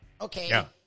Okay